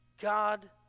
God